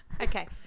Okay